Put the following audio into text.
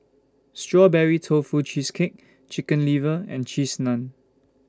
Strawberry Tofu Cheesecake Chicken Liver and Cheese Naan